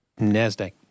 NASDAQ